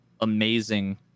amazing